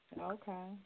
Okay